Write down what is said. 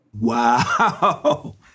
Wow